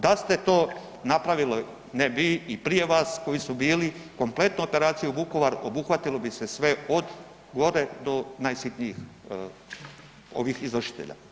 Da ste to napravili, ne vi, i prije vas koji su bili, kompletno operaciju Vukovar, obuhvatilo bi se sve od vode do najsitnijih ovih izvršitelja.